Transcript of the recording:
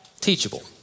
teachable